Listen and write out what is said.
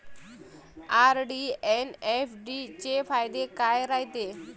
RD अन FD चे फायदे काय रायते?